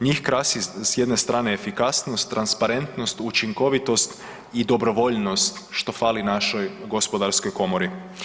Njih krasi s jedne strane efikasnost, transparentnost, učinkovitost i dobrovoljnost što fali našoj gospodarskoj komori.